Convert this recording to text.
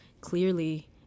clearly